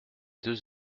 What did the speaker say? deux